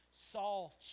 Saul